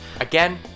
Again